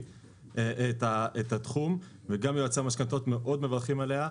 את התחום וגם יועצי המשכנתאות מאוד מברכים עליה.